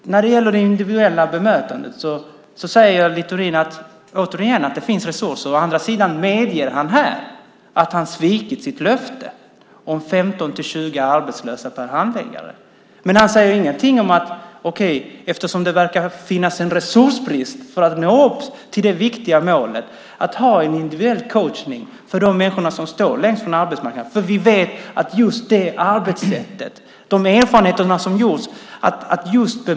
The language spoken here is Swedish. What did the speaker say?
När det gäller det individuella bemötandet säger Littorin återigen att det finns resurser. Å andra sidan medger han här att han svikit sitt löfte om 15-20 arbetslösa per handläggare. Han säger ingenting om att det verkar finnas en resursbrist för att nå upp till det viktiga målet att ha en individuell coachning för de människor som står längst från arbetsmarknaden. Vi känner till de erfarenheter som gjorts av det arbetssättet.